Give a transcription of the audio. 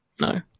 No